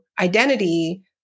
identity